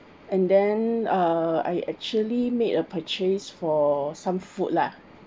and then uh I actually made a purchase for some food lah